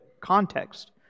context